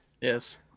Yes